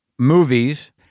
movies